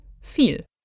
viel